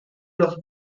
los